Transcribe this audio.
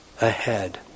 ahead